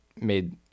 made